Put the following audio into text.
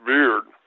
Beard